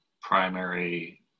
primary